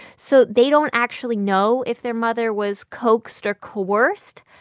so they don't actually know if their mother was coaxed or coerced,